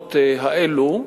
העבודות האלה.